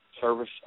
service